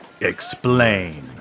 Explain